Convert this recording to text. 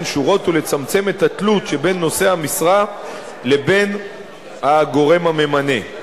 שורות ולצמצם את התלות שבין נושא המשרה לבין הגורם הממנה.